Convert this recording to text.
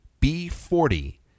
B40